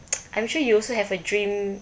I'm sure you also have a dream